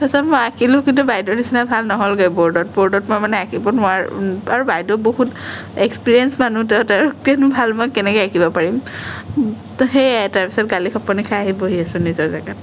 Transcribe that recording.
তাৰপিছত মই আকিলোঁ কিন্তু বাইদেউৰ নিচিনা ভাল নহ'লগে ব'ৰ্ডত মই মানে আকিব নোৱাৰোপঁ আৰু বাইদেউ বহুত এক্স্পিৰিয়েঞ্চ মানুহ তেওঁতকৈ ভাল মই কেনেকে আকিব পাৰিম সেয়াই তাৰপিছত গালি শপনি খাই আহি বহি আছোঁ নিজৰ জাগাত